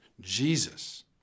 Jesus